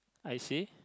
I see